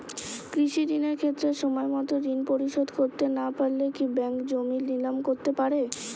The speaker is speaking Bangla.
কৃষিঋণের ক্ষেত্রে সময়মত ঋণ পরিশোধ করতে না পারলে কি ব্যাঙ্ক জমি নিলাম করতে পারে?